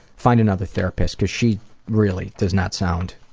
find another therapist, because she really does not sound